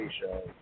show